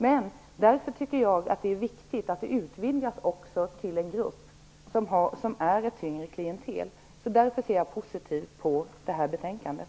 Men därför tycker jag att det är viktigt att gruppen också utvidgas till att omfatta ett tyngre klientel. Därför ser jag positivt på betänkandet.